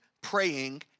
praying